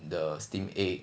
the steamed egg